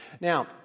Now